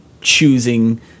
choosing